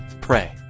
pray